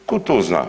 Tko to zna?